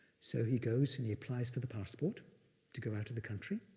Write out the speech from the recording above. so he goes and he applies for the passport to go out of the country.